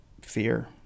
fear